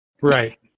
right